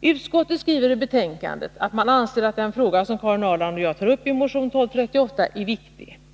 Utskottet skriver i betänkandet att man anser att den fråga som Karin Ahrland och jag tar upp i motion 1238 är viktig.